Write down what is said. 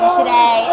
today